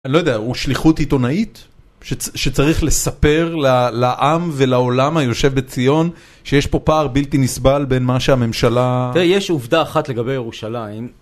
אני לא יודע, הוא שליחות עיתונאית שצריך לספר לעם ולעולם היושב בציון שיש פה פער בלתי נסבל בין מה שהממשלה... תראה, יש עובדה אחת לגבי ירושלים.